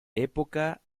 época